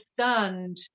understand